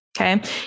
Okay